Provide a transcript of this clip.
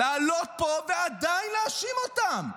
לעלות פה ועדיין להאשים אותם.